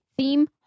Theme